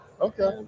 okay